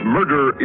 Murder